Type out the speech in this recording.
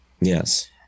Yes